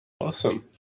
Awesome